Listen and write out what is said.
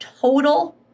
total